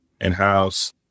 in-house